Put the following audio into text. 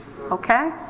Okay